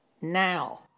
now